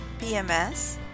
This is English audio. BMS